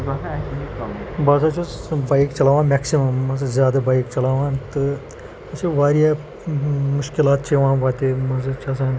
بہٕ ہسا چھُس بایک چلاوان میکسِمَم مان ژٕ زیادٕ بایک چلاوان تہٕ یہِ چھ واریاہ مشکِلات چھ یِوان وتہِ منٛز چھ آسان